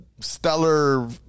stellar